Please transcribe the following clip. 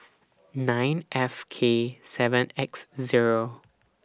nine F K seven X Zero